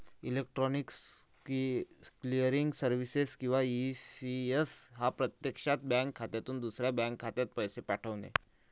electronic clearing services किंवा ECS हा प्रत्यक्षात बँक खात्यातून दुसऱ्या बँक खात्यात पैसे पाठवणे